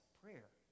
prayer